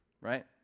right